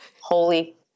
holy